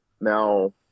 Now